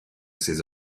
ses